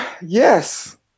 yes